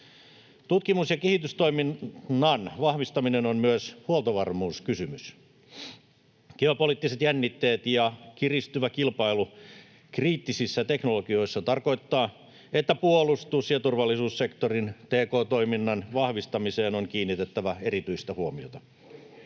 Tutkimus- ja kehitystoiminnan vahvistaminen on myös huoltovarmuuskysymys. Geopoliittiset jännitteet ja kiristyvä kilpailu kriittisissä teknologioissa tarkoittavat, että puolustus- ja turvallisuussektorin tk-toiminnan vahvistamiseen on kiinnitettävä erityistä huomiota.